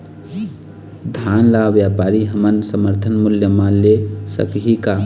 धान ला व्यापारी हमन समर्थन मूल्य म ले सकही का?